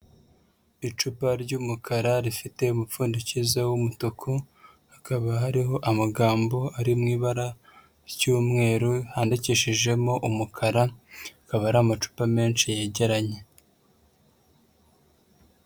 Icupa ry'umukara rifite umupfundikizo w'umutuku, hakaba hariho amagambo ari mu ibara ry'umweru handikishijemo umukara, akaba ari amacupa menshi yegeranye.